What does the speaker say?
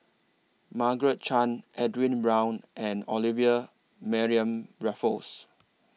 Margaret Chan Edwin Brown and Olivia Mariamne Raffles